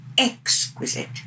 exquisite